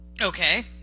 Okay